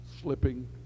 slipping